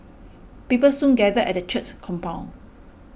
people soon gathered at the church's compound